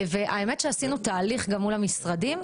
האמת היא שעשינו תהליך גם מול המשרדים.